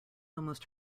almost